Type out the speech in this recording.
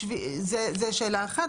זו שאלה אחת.